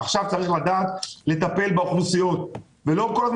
ועכשיו צריך לדעת לטפל באוכלוסיות ולא כל הזמן